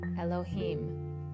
Elohim